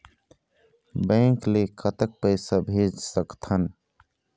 Bank ले कतक पैसा भेज सकथन?